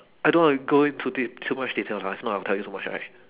I don't want to go in too deep too much detail mah if not I'll tell you too much right